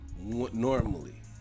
Normally